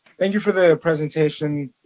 thank you for the presentation,